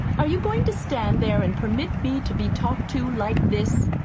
are you going to stand there and permit me to be talked to like this?